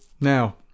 Now